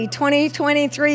2023